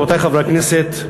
רבותי חברי הכנסת,